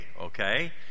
Okay